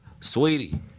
sweetie